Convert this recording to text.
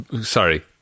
Sorry